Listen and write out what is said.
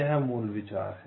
यह मूल विचार है